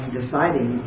deciding